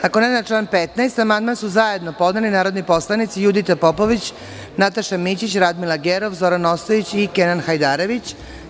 Da li još neko želi reč? (Ne.) Na član 15. amandman su zajedno podneli narodni poslanici Judita Popović, Nataša Mićić, Radmila Gerov, Zoran Ostojić i Kenan Hajdarević.